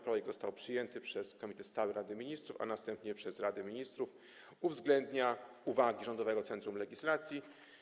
Projekt został przyjęty przez komitet stały Rady Ministrów, a następnie przez Radę Ministrów, uwzględnia uwagi Rządowego Centrum Legislacji.